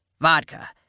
Vodka